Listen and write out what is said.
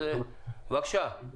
אז, בבקשה.